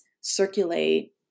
circulate